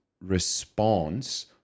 response